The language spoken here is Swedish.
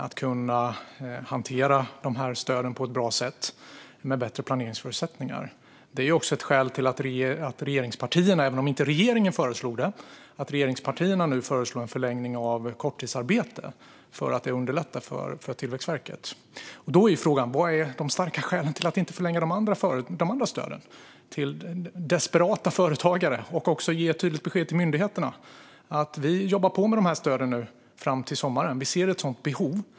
Med bättre planeringsförutsättningar blir det lättare att hantera de här stöden på ett bra sätt. Det är också ett skäl till att regeringspartierna - även om inte regeringen föreslog det - nu föreslår en förlängning av korttidsarbete; det underlättar för Tillväxtverket. Då är frågan vilka de starka skälen är till att inte förlänga de andra stöden till desperata företagare och ge ett tydligt besked till myndigheterna om att vi jobbar på med de här stöden fram till sommaren och ser ett sådant behov.